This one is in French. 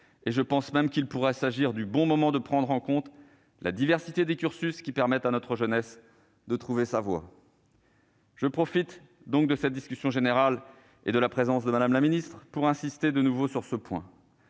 et je pense même qu'il pourrait s'agir du bon moment pour prendre en compte la diversité des cursus, qui permet à notre jeunesse de trouver sa voie. Je profite donc de cette discussion générale et de la présence de Mme la ministre pour insister de nouveau sur ce point.